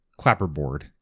Clapperboard